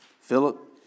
Philip